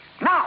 Now